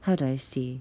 how do I say